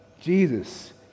Jesus